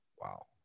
Wow